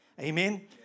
Amen